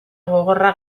gogorra